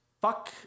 fuck